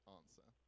answer